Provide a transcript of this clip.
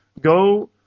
go